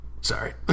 Sorry